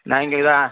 நான் இங்கே தான்